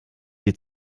die